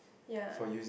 ya